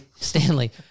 Stanley